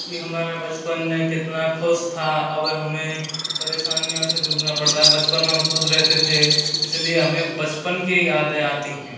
की हमारा बचपन कितना खुश था अब हमें परेशानियों से जूझना पड़ता है बचपन में हम खुश रहते थे इसलिए हमें बचपन की यादें आती हैं